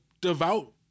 devout